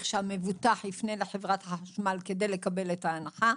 שהמבוטח יפנה לחברת החשמל כדי לקבל את ההנחה.